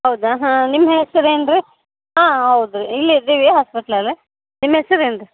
ಹೌದಾ ಹಾಂ ನಿಮ್ಮ ಹೆಸ್ರು ಏನು ರಿ ಹಾಂ ಹೌದು ರಿ ಇಲ್ಲ ಇದ್ದೀವಿ ಹಾಸ್ಪಿಟ್ಲಲ್ಲೇ ನಿಮ್ಮ ಹೆಸ್ರ್ ಏನು ರಿ